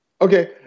Okay